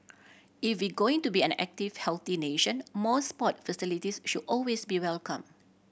if we going to be an active healthy nation more sport facilities should always be welcome